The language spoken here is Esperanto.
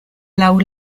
laŭ